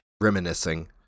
reminiscing